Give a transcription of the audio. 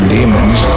Demons